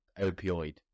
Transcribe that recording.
opioid